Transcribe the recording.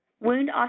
wound